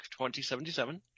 2077